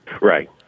Right